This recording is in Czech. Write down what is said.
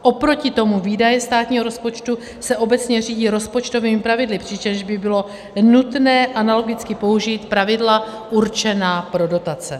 Oproti tomu výdaje státního rozpočtu se obecně řídí rozpočtovými pravidly, přičemž by bylo nutné analogicky použít pravidla určená pro dotace.